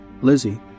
Lizzie